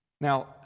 Now